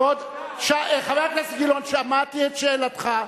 ראש הממשלה, חבר הכנסת גילאון, שמעתי את שאלתך.